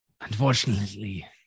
Unfortunately